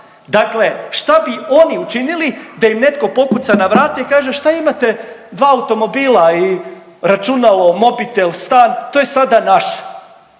dakle šta bi oni učinili da im netko pokuca na vrata i kaže šta imate dva automobila i računalo, mobitel, stan to je sada naše.